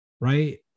right